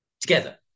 together